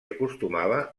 acostumava